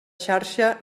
xarxa